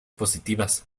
positivas